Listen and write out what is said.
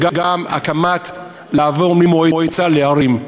גם מעבר ממועצות לערים.